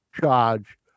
charge